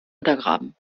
untergraben